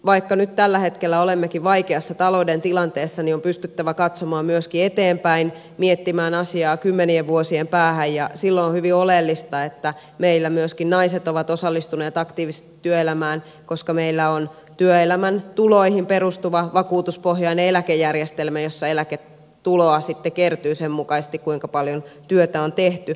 vaikka nyt tällä hetkellä olemmekin vaikeassa talouden tilanteessa niin on pystyttävä katsomaan myöskin eteenpäin miettimään asiaa kymmenien vuosien päähän ja silloin on hyvin oleellista että meillä myöskin naiset ovat osallistuneet aktiivisesti työelämään koska meillä on työelämän tuloihin perustuva vakuutuspohjainen eläkejärjestelmä jossa eläketuloa sitten kertyy sen mukaisesti kuinka paljon työtä on tehty